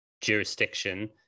jurisdiction